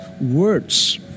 words